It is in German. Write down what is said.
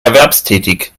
erwerbstätig